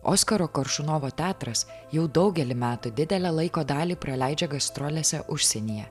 oskaro koršunovo teatras jau daugelį metų didelę laiko dalį praleidžia gastrolėse užsienyje